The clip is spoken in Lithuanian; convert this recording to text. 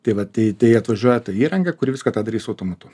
tai va tai tai atvažiuoja ta įranga kuri viską tą darys automatu